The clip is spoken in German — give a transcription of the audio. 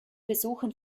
besuchern